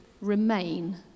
remain